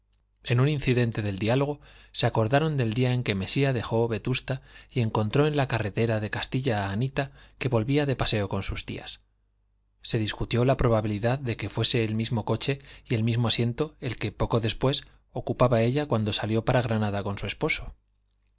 en un incidente del diálogo se acordaron del día en que mesía dejó a vetusta y encontró en la carretera de castilla a anita que volvía de paseo con sus tías se discutió la probabilidad de que fuese el mismo coche y el mismo asiento el que poco después ocupaba ella cuando salió para granada con su esposo